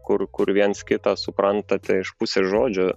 kur kur viens kitą supranta tai iš pusės žodžio